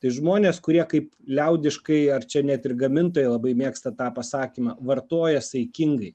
tai žmonės kurie kaip liaudiškai ar čia net ir gamintojai labai mėgsta tą pasakymą vartoja saikingai